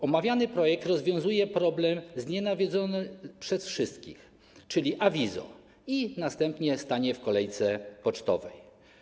Omawiany projekt rozwiązuje problem znienawidzony przez wszystkich, czyli awizo i następnie stanie w kolejce pocztowej.